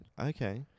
Okay